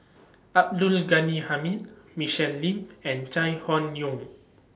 Abdul Ghani Hamid Michelle Lim and Chai Hon Yoong